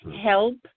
help